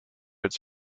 its